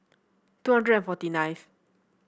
two hundred and forty nineth